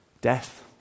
Death